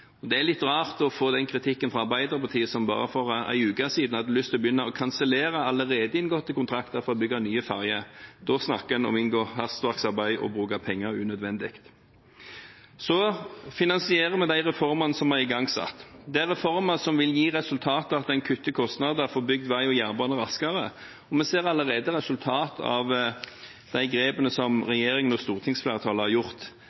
verftene. Det er litt rart å få den kritikken fra Arbeiderpartiet, som bare for en uke siden hadde lyst til å begynne å kansellere allerede inngåtte kontrakter om å bygge nye ferjer. Da snakker en om hastverksarbeid og å bruke penger unødvendig. Vi finansierer de reformene som er igangsatt. Det er reformer som vil gi som resultat at en kutter kostnader og får bygd vei og jernbane raskere. Vi ser allerede resultat av de grepene som regjeringen og stortingsflertallet har gjort.